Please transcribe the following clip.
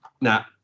Now